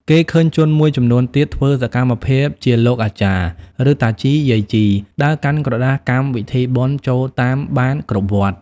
គេឃើញជនមួយចំនួនទៀត ធ្វើសកម្មភាពជាលោកអាចារ្យ ឬតាជី យាយជី ដើរកាន់ក្រដាសកម្មវិធីបុណ្យចូលតាមបានគ្រប់វត្ត ។